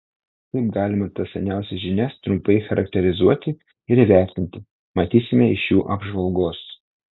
kaip galima tas seniausias žinias trumpai charakterizuoti ir įvertinti matysime iš jų apžvalgos